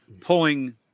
pulling